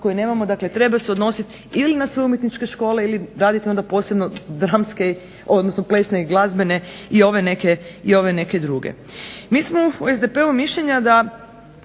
koje nemamo? Dakle, treba se odnositi ili na sve umjetničke škole ili radite onda posebno dramske, odnosno plesne i glazbene i ove neke druge. Mi smo u SDP-u mišljenja da